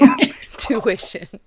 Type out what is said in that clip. Tuition